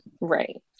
right